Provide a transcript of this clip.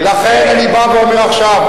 אני קורא אותך קריאה ראשונה.